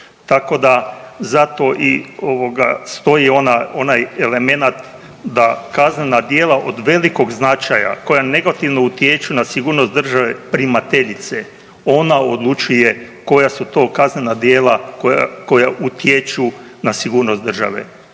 Tako da zato i stoji onaj elemenat da kaznena djela od velikog značaja koja negativno utječu na sigurnost države primateljice ona odlučuje koja su to kaznena djela koja utječu na sigurnost države